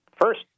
first